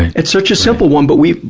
it's such a simple one but we,